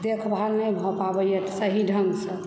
देखभाल नहि भऽ पाबैए सही ढ़ंगसँ